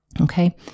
Okay